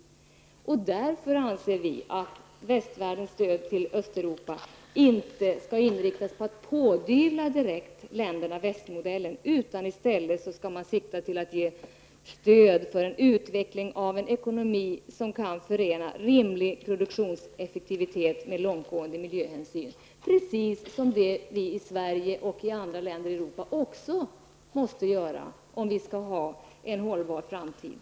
Vi anser därför att västvärldens stöd till Östeuropa inte skall inriktas på att pådyvla dessa länder västmodellen, utan man skall i stället sikta mot att ge stöd för utveckling av en ekonomi som kan förena rimlig produktionseffektivitet med långtgående miljöhänsyn, precis som vi i Sverige och i andra europeiska länder också måste göra om vi skall få en hållbar ekonomi i framtiden.